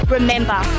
Remember